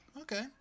Okay